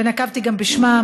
ונקבתי גם בשמם,